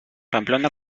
pamplona